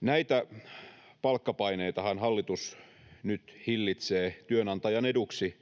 Näitä palkkapaineitahan hallitus nyt hillitsee työnantajan eduksi